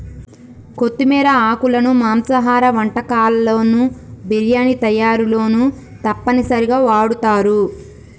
కొత్తిమీర ఆకులను మాంసాహార వంటకాల్లోను బిర్యానీ తయారీలోనూ తప్పనిసరిగా వాడుతారు